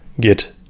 get